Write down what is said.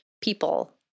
people